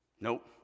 Nope